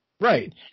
Right